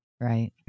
right